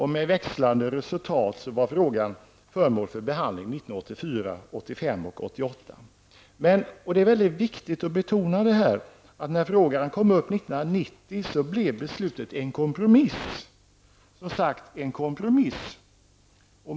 Med växlande resultat var frågan föremål för behandling 1984, 1985 och 1988. Men -- och detta är mycket viktigt att betona -- när frågan kom upp 1990 blev beslutet en kompromiss.